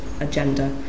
agenda